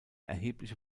erhebliche